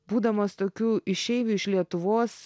būdamas tokiu išeiviu iš lietuvos